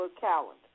calendar